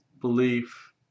belief